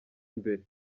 imbere